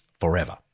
forever